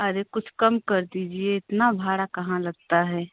अरे कुछ कम कर दीजिए इतना भाड़ा कहाँ लगता है